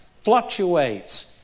fluctuates